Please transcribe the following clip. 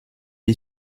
est